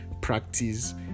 practice